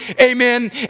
Amen